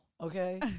okay